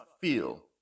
feel